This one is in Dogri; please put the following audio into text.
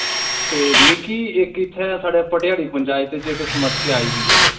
ते मिगी इक्क इत्थें साढ़े भटयाड़ी पंचायत च समस्या आई दी ऐ